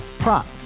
Prop